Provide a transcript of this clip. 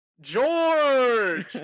George